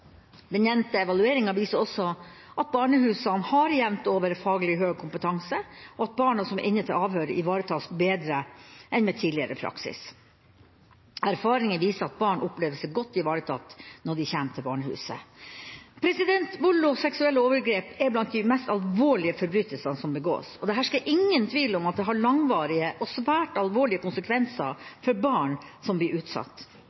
Den nevnte evalueringa viser også at barnehusene har jevnt over faglig høy kompetanse, og at barna som er inne til avhør, ivaretas bedre enn med tidligere praksis. Erfaringer viser at barn opplever seg godt ivaretatt når de kommer til barnehuset. Vold og seksuelle overgrep er blant de mest alvorlige forbrytelsene som begås, og det hersker ingen tvil om at det har langvarige og svært alvorlige konsekvenser for barn som blir utsatt